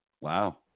Wow